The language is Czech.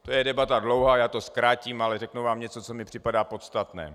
To je debata dlouhá, já to zkrátím, ale řeknu vám něco, co mi připadá podstatné.